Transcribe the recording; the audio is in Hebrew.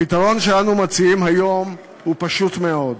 הפתרון שאנו מציעים היום הוא פשוט מאוד: